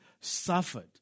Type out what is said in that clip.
suffered